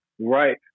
Right